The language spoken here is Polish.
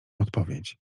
odpowiedź